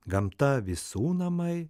gamta visų namai